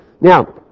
Now